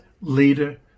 leader